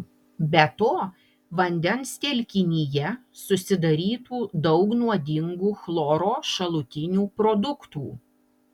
be to vandens telkinyje susidarytų daug nuodingų chloro šalutinių produktų